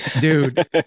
dude